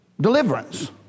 deliverance